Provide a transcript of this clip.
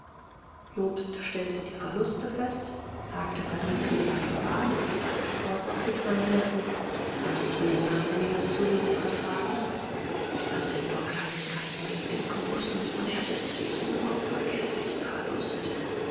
jobst stellte die verluste fest harkte verdrießlich seinen bart und fragte vorsorglich seinen neffen kannst du unangenehmes zu hören vertragen das sind nur kleinigkeiten neben dem großen unersetzlichen unvergeßlichen verlust